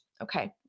Okay